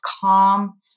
calm